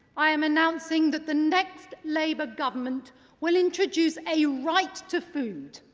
i am announcing that the next labour government will introduce a right to food,